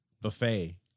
buffet